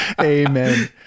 Amen